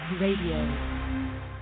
Radio